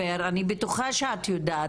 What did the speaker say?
הן האוכלוסייה שהכי נפגעה,